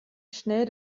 schnell